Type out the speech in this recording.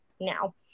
now